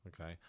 Okay